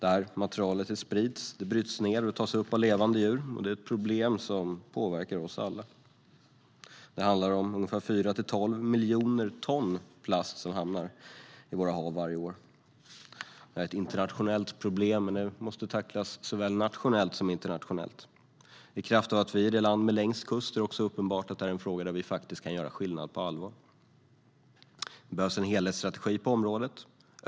Materialet sprids, bryts ned och tas upp av levande djur, och det är ett problem som påverkar oss alla. Det handlar om 4-12 miljoner ton plast som hamnar i våra hav varje år. Detta är ett internationellt problem, och det måste tacklas såväl nationellt som internationellt. I kraft av att vi är det land som har längst kust är det också uppenbart att detta är en fråga där vi faktiskt kan göra skillnad på allvar. Det behövs en helhetsstrategi på området.